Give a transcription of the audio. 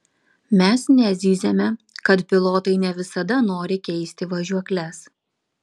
mes nezyziame kad pilotai ne visada nori keisti važiuokles